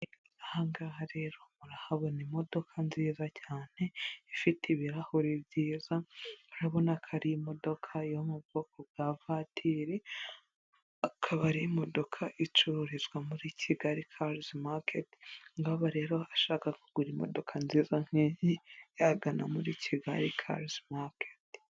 Aha ngaha rero murahabona imodoka nziza cyane, ifite ibirahuri byiza, murabona ko ari imodoka yo mu bwoko bwa vatiri, akaba ari imodoka icururizwa muri Kigali karizi maketi, uwaba rero ashaka kugura imodoka nziza nk'iyi, yagana muri Kigali karizi maketi.